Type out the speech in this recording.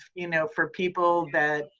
you know, for people that, you